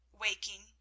waking